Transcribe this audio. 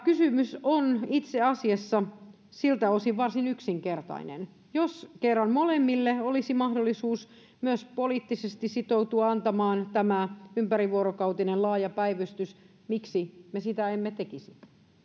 kysymys on itse asiassa siltä osin varsin yksinkertainen jos kerran molemmille olisi mahdollisuus myös poliittisesti sitoutua antamaan tämä ympärivuorokautinen laaja päivystys miksi me sitä emme tekisi